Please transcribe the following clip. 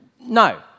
No